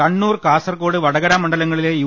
Kannur Kasaragod Vadakara മണ്ഡലങ്ങളിലെ U